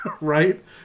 right